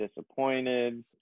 disappointed